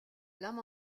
lame